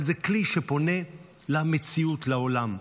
אבל זה כלי שפונה למציאות, לעולם.